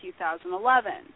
2011